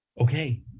Okay